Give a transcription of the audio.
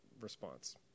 response